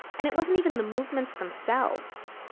and it wasn't even the movements themselves.